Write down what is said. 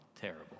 terrible